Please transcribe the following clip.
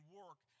work